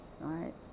right